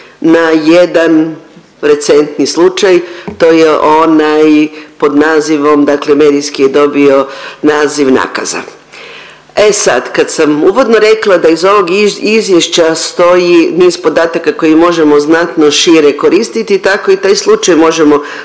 na jedan recentni slučaj, to je onaj pod nazivom dakle medijski je dobio naziv nakaza. E sad kad sam uvodno rekla da iz ovog izvješća stoji niz podataka koje možemo znatno šire koristiti tako i taj slučaj možemo